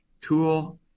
tool